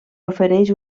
ofereix